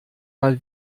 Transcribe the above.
mal